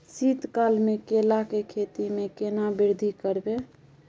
शीत काल मे केला के खेती में केना वृद्धि करबै?